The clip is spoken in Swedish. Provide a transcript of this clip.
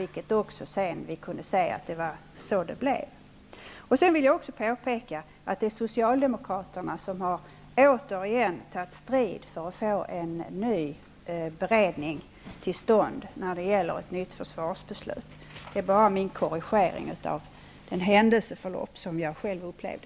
Vi kunde sedan se att det blev så. Jag vill påpeka att det är Socialdemokraterna som återigen har tagit strid för att få till stånd en ny beredning när det gäller ett nytt försvarsbeslut. Det här var en korrigering av beskrivningen av det händelseförlopp som jag själv upplevde.